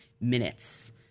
minutes